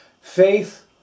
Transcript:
faith